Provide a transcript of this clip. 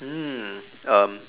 mm um